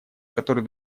который